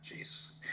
Jeez